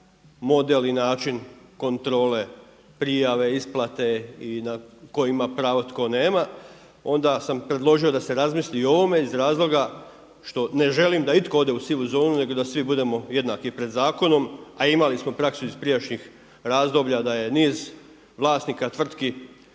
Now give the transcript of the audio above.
model i način kontrole, prijave, isplate i tko ima pravo, tko nema, onda sam predložio da se razmisli i o ovome iz razloga što ne želim da itko ode u sivu zonu nego da svi budemo jednaki pred zakonom. A imali smo praksu iz prijašnjih razdoblja da je niz vlasnika tvrtki